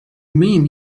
mean